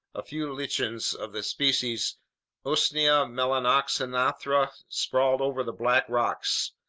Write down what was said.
a few lichens of the species usnea melanoxanthra sprawled over the black rocks.